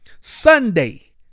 Sunday